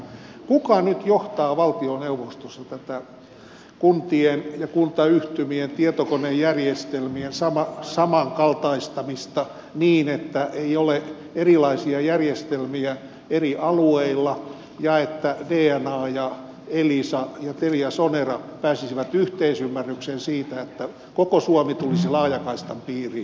kuka nyt johtaa valtioneuvostossa tätä kuntien ja kuntayhtymien tietokonejärjestelmien samankaltaistamista niin että ei ole erilaisia järjestelmiä eri alueilla ja että dna ja elisa ja teliasonera pääsisivät yhteisymmärrykseen siitä että koko suomi tulisi laajakaistan piiriin